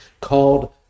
called